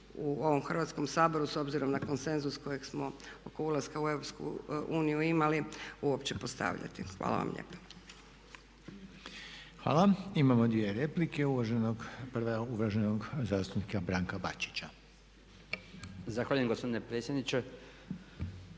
u ovom Hrvatskom saboru s obzirom na konsenzus kojeg smo oko ulaska u EU imali uopće postavljati. Hvala vam lijepa. **Reiner, Željko (HDZ)** Hvala. Imamo dvije replike. Prva je uvaženog zastupnika Branka Bačića. **Bačić, Branko